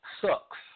sucks